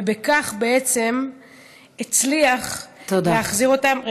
ובכך הצליח להחזיר אותם, תודה.